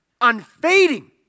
unfading